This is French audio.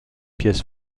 pièce